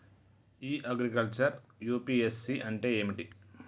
ఇ agriculture UPSC అంటే ఏమిటి?